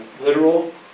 literal